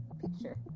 Picture